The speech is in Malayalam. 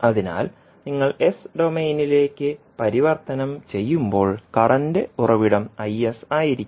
അതിനാൽ നിങ്ങൾ എസ് ഡൊമെയ്നിലേക്ക് പരിവർത്തനം ചെയ്യുമ്പോൾ കറൻറ് ഉറവിടം Is ആയിരിക്കും